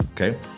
okay